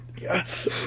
Yes